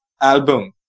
album